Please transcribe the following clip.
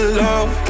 love